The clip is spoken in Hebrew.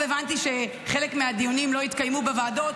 הבנתי שחלק מהדיונים לא יתקיימו בוועדות